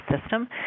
system